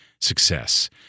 Success